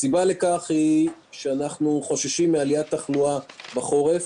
הסיבה לכך היא שאנחנו חוששים מעליית תחלואה בחורף,